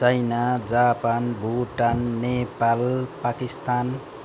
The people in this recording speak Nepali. China Japan Bhutan Nepal Pakistan